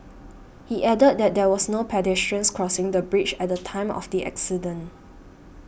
he added that there was no pedestrians crossing the bridge at the time of the accident